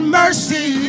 mercy